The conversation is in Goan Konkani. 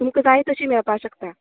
तुमका जाय तशीं मेळपाक शकतात